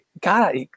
God